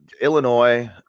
Illinois